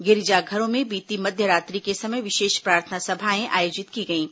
गिरजाघरों में बीती मध्य रात्रि के समय विशेष प्रार्थना सभाएं आयोजित की गईं